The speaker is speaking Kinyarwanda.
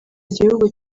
igihugu